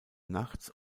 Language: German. nachts